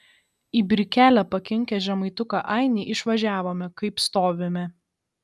į brikelę pakinkę žemaituką ainį išvažiavome kaip stovime